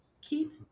Keep